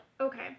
Okay